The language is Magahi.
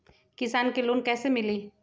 किसान के लोन कैसे मिली?